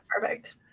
perfect